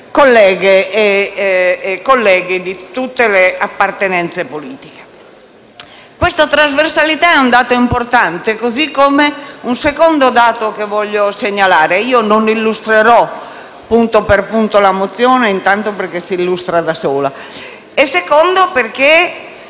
colleghe e colleghi di tutte le appartenenze politiche. Questa trasversalità è un dato importante, così come un secondo dato che voglio segnalare. Non illustrerò punto per punto la mozione intanto perché si illustra da sola e, poi, perché